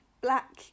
black